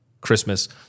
Christmas